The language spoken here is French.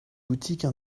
boutiques